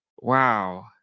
Wow